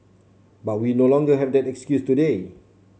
but we no longer have that excuse today